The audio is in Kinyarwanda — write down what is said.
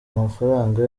amafaranga